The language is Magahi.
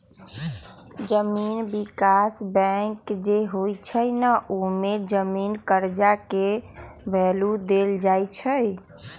जमीन विकास बैंक जे होई छई न ओमे मेन जमीनी कर्जा के भैलु देल जाई छई